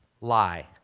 lie